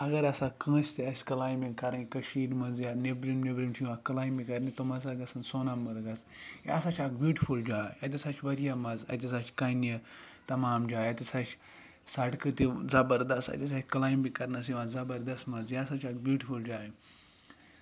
اَگَر ہَسا کٲنٛسہِ تہِ آسہِ کلایمبِنٛگ کَرٕنۍ کٔشیٖرِ مَنٛز یا نیٚبٕرِم نیٚبرِم چھِ یِوان کلایمبِنٛگ کَرنہٕ خٲطرٕ تم ہَسا گَژھن سونامرگ گَژھٕنۍ یہِ ہَسا چھِ اکھ بیوٹفُل جاے اَتہِ ہَسا چھِ واریاہ مَزٕ اَتہِ ہَسا چھِ کَنہِ تَمام جایہِ اَتہِ ہَسا چھِ سَڑکہٕ تہِ زَبَردَس اَتہِ ہَسا چھِ کلایمبِنٛگ کَرنَس یِوان زَبَردَس مَزٕ یہِ ہَسا چھِ اکھ بیوٹِفُل جاے